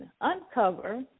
uncover